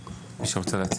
בבקשה.